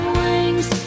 wings